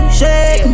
shake